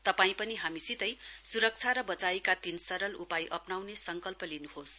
तपाईं पनि हामीसितै स्रक्षा र बचाईका तीन सरल उपाय अप्नाउने संकल्प गर्न्होस